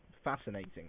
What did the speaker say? Fascinating